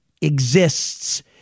exists